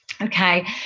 Okay